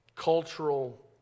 Cultural